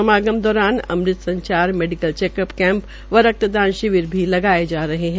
समागम दौरान अमृत संचार मेडिकल चेकअप कैंप व रक्तदान शिविर भी लगाये जा रहे है